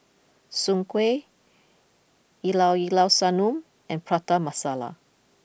Soon Kuih Llao Llao Sanum and Prata Masala